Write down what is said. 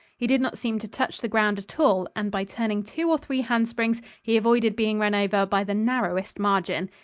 he did not seem to touch the ground at all, and by turning two or three handsprings, he avoided being run over by the narrowest margin.